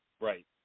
Right